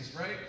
right